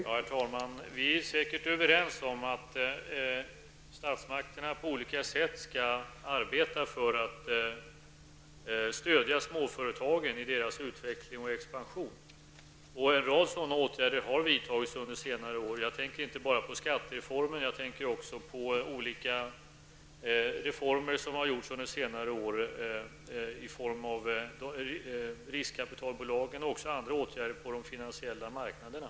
Herr talman! Vi är säkerligen överens om att statsmakterna på olika sätt skall arbeta för att stödja småföretagen i deras utveckling och expansion. En rad sådana åtgärder har under senare år vidtagits. Jag tänker inte bara på skattereformen utan också på de åtgärder som vidtagits när det gäller riskkapitalbolagen och de finansiella marknaderna.